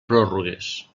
pròrrogues